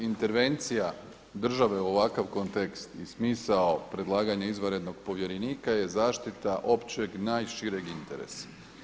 Intervencija države u ovakav kontekst i smisao predlaganja izvanrednog povjerenika je zaštita općeg, najšireg interesa.